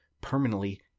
permanently